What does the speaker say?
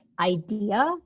idea